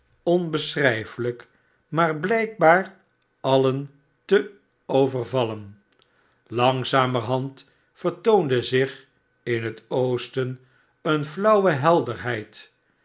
onbeschrijfelijk maar blijkbaar alien te overvallen de toeschouwers beginnen zich te verzamelen xangzamefhand vertoonde zich in het oosten eene flauwe hel derheid